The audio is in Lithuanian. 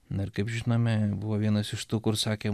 na ir kaip žinome buvo vienas iš tų kur sakė